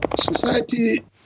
society